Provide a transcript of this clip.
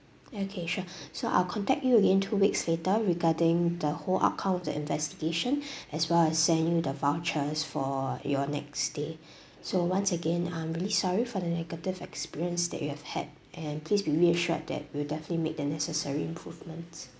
okay sure so I'll contact you again two weeks later regarding the whole outcome of the investigation as well as send you the vouchers for your next stay so once again I'm really sorry for the negative experience that you have had and please be reassured that we'll definitely make the necessary improvements